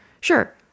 Sure